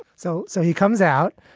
so so he comes out.